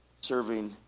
serving